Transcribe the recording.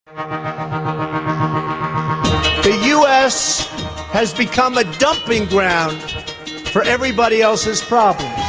um the us has become a dumping ground for everybody else's problems.